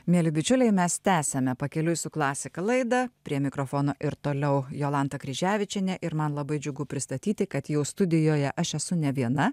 mieli bičiuliai mes tęsiame pakeliui su klasika laidą prie mikrofono ir toliau jolanta kryževičienė ir man labai džiugu pristatyti kad jau studijoje aš esu ne viena